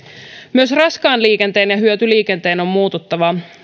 myös raskaan liikenteen ja hyötyliikenteen on muututtava